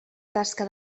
tasca